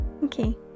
Okay